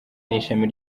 n’ishami